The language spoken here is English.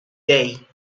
day